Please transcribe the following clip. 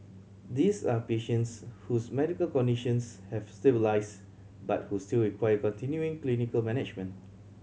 these are patients whose medical conditions have stabilised but who still require continuing clinical management